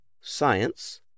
Science